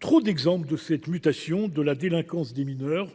trop d’exemples de cette mutation de la délinquance des mineurs